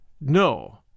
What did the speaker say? No